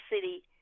city